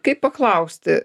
kaip paklausti